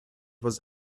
was